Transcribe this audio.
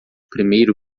primeiro